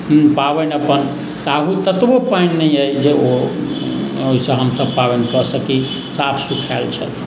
हूँ पाबनि अपन ताहू ततबो पानि नहि अइ जे ओ ओहिसँ हमसब पाबनि कऽ सकी साफ सुखाएल छथि